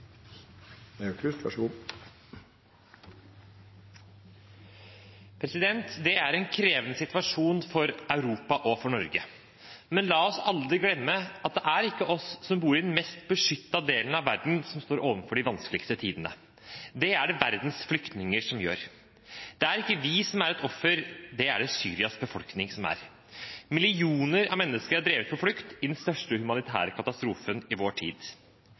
en krevende situasjon for Europa og for Norge. Men la oss aldri glemme at det er ikke vi som bor i den mest beskyttede delen av verden, som står overfor de vanskeligste tidene. Det er det verdens flyktninger som gjør. Det er ikke vi som er et offer, det er det Syrias befolkning som er. Millioner av mennesker er drevet på flukt i den største humanitære katastrofen i vår tid.